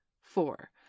Four